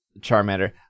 Charmander